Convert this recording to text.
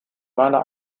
seiner